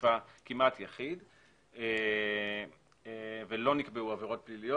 אכיפה כמעט יחיד ולא נקבעו עבירות פליליות